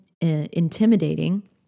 intimidating